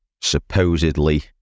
supposedly